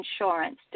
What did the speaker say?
insurance